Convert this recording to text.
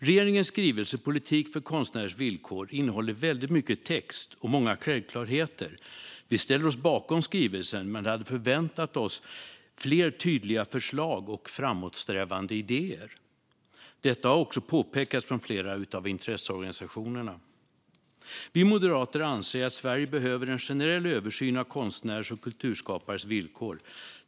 Regeringens skrivelse Politik för konstnärers villkor innehåller väldigt mycket text och många självklarheter. Vi ställer oss bakom skrivelsen men hade förväntat oss fler tydliga förslag och framåtsträvande idéer. Detta har också påpekats från flera av intresseorganisationerna. Vi moderater anser att Sverige behöver en generell översyn av konstnärers och kulturskapares villkor.